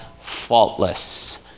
faultless